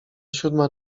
siódma